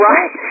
Right